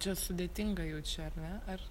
čia sudėtinga jau čia ar ne ar